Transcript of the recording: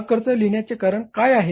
हा खर्च लिहिण्याचे कारण काय आहे